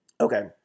okay